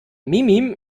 mimim